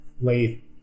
late